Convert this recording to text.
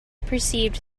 perceived